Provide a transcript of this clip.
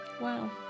Wow